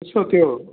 यसो त्यो